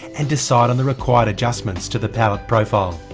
and decide on the required adjustments to the pallet profile.